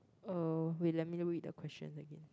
uh wait let me read the questions again